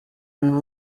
and